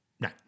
No